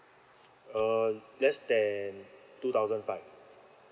uh less than two thousand five